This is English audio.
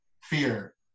fear